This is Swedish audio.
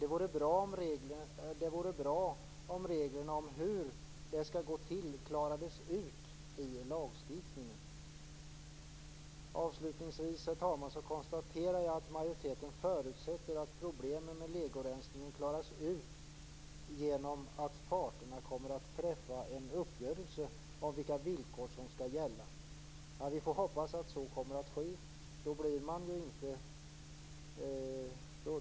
Det vore bra om reglerna om hur det skall gå till klarades ut i lagstiftningen. Herr talman! Avslutningsvis konstaterar jag att majoriteten förutsätter att problemet med legoresningen klaras ut genom att parterna träffar en uppgörelse om vilka villkor som skall gälla. Jag hoppas att så kommer att ske.